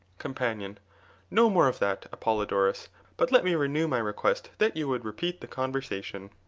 companion no more of that, apollodorus but let me renew my request that you would repeat the conversation.